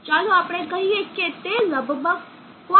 ચાલો આપણે કહીએ કે તે લગભગ 0